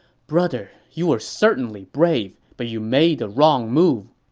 brother, you were certainly brave, but you made the wrong move.